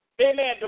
amen